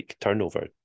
turnover